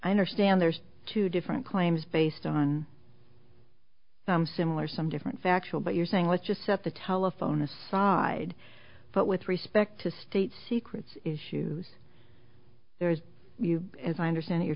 i understand there's two different claims based on some similar some different factual but you're saying let's just set the telephone aside but with respect to state secrets issues there as you as i understand you're